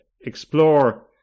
explore